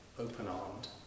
open-armed